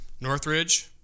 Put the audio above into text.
Northridge